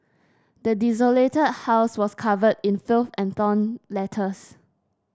the desolated house was covered in filth and torn letters